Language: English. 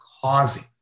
causing